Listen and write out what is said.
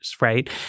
right